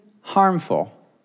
harmful